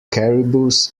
caribous